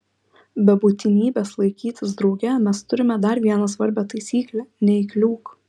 be būtinybės laikytis drauge mes turime dar vieną svarbią taisyklę neįkliūk